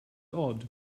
odd